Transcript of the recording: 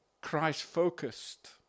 Christ-focused